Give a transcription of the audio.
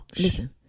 Listen